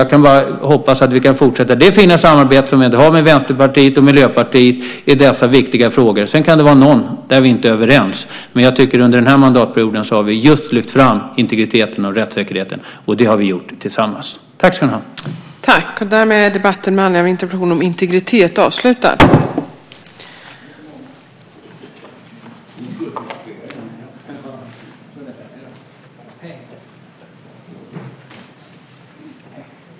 Jag kan bara hoppas att vi kan fortsätta det fina samarbete som vi ändå har med Vänsterpartiet och Miljöpartiet i dessa viktiga frågor. Sedan kan det vara någon fråga där vi inte är överens. Jag tycker dock att vi under denna mandatperiod har lyft fram just integriteten och rättssäkerheten, och det har vi gjort tillsammans.